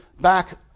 back